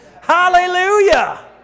hallelujah